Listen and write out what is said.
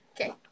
Okay